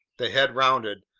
the head rounded,